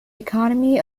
economy